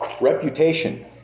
reputation